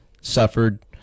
suffered